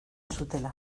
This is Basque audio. zutela